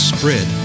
Spread